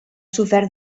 sofert